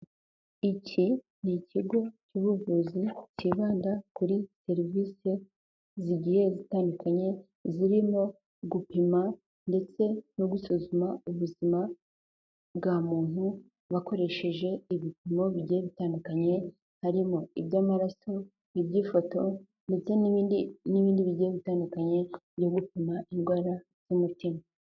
Iki ni ikigo cy'ubuvuzi, cyibanda kuri serivise zigiye zitandukanye, zirimo gupima ndetse no gusuzuma ubuzima bwa muntu, bakoresheje ibipimo bigiye bitandukanye, harimo iby'amaraso, iby'ifoto, ndetse n'ibindi n'ibindi bigiye bitandukanye, byo gupima indwara y'umutima.